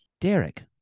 Derek